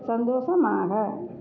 சந்தோஷமாக